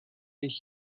ich